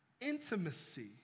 intimacy